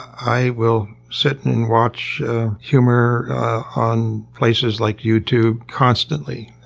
i will sit and and watch humor on places like youtube constantly.